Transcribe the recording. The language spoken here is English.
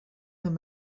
him